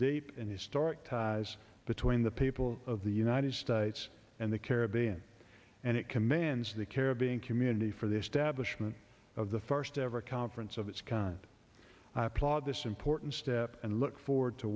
deep and historic ties between the people of the united states and the caribbean and it commands the caribbean community for the establishment of the first ever conference of its kind plaut this important step and look forward to